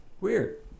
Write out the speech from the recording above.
Weird